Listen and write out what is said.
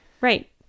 Right